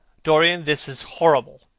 dorian, this is horrible!